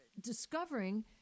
discovering